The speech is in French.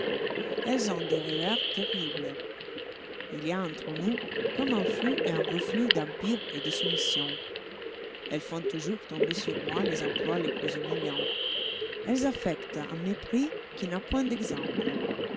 elles ont des revers terribles il y a entre nous comme un flux et un reflux d'empire et de soumission elles font toujours tomber sur moi les emplois les plus humiliants elles affectent un mépris qui n'a point d'exemple